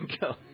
go